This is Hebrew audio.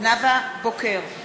נאוה בוקר,